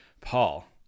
Paul